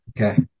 Okay